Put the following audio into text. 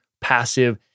passive